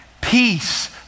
peace